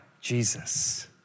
Jesus